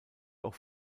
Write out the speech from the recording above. auch